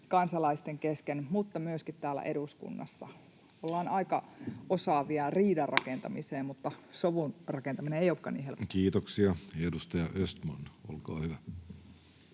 kansalaisten kesken mutta myöskin täällä eduskunnassa? Me ollaan aika osaavia riidan rakentamisessa, mutta sovun rakentaminen ei olekaan niin helppoa. Kiitoksia. — Edustaja Östman, olkaa hyvä.